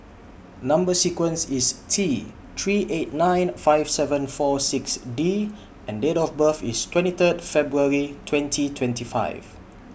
Number sequence IS T three eight nine five seven four six D and Date of birth IS twenty Third February twenty twenty five